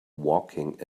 walking